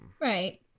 right